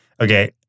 Okay